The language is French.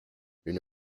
une